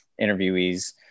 interviewees